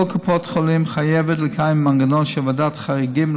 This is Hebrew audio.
כל קופת חולים חייבת לקיים מנגנון של ועדת חריגים